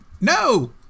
No